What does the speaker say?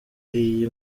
iyi